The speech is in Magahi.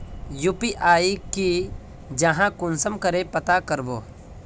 यु.पी.आई की जाहा कुंसम करे पता करबो?